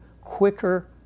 quicker